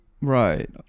right